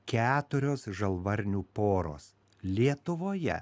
keturios žalvarnių poros lietuvoje